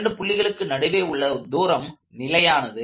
இரண்டு புள்ளிகளுக்கு நடுவே உள்ள தூரம் நிலையானது